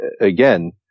again